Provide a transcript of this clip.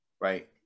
right